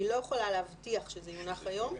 אני לא יכולה להבטיח שזה יונח היום,